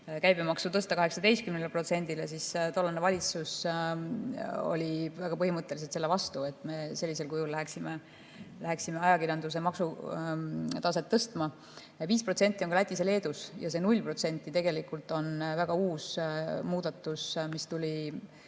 käibemaks 18%-le, siis tollane valitsus oli väga põhimõtteliselt selle vastu, et me sellisel kujul läheksime ajakirjanduse maksutaset tõstma. 5% on ka Lätis ja Leedus. Ja see 0% tegelikult on väga uus muudatus, mis tuli